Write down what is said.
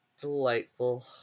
Delightful